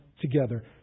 together